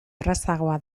errazagoa